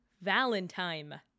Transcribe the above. Valentine